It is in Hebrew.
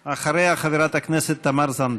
אחריה, חברת הכנסת תמר זנדברג.